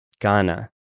Ghana